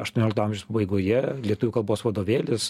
aštuoniolikto amžiaus pabaigoje lietuvių kalbos vadovėlis